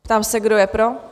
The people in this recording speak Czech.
Ptám se, kdo je pro?